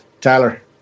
Tyler